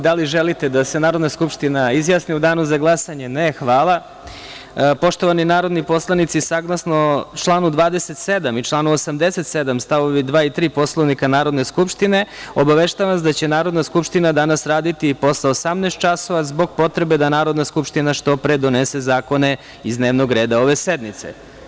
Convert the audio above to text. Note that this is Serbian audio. Da li želite da se Narodna skupština izjasni u danu za glasanje? (Ne.) Poštovani narodni poslanici saglasno članu 27. i članu 87. stavovi 2. i 3. Poslovnika Narodne skupštine, obaveštavam vas da će Narodna skupština danas raditi i posle 18,00 časova, zbog potrebe da Narodna skupština što pre donese zakone iz dnevnog reda ove sednice.